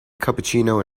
cappuccino